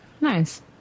nice